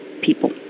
people